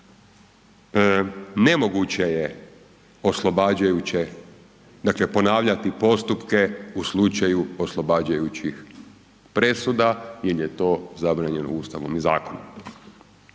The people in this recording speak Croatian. dakle ponavljati postupke u slučaju oslobađajućih presuda jer je to zabranjeno Ustavom i zakonom.